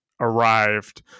arrived